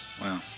Wow